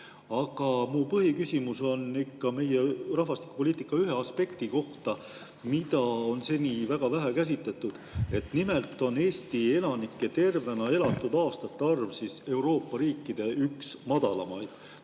Aga mu põhiküsimus on meie rahvastikupoliitika ühe aspekti kohta, mida on seni väga vähe käsitletud. Nimelt on [keskmine] Eesti elanike tervena elatud aastate arv Euroopa riikide madalaimaid,